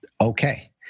okay